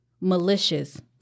malicious